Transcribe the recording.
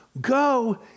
Go